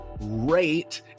rate